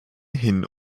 hin